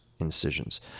incisions